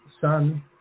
son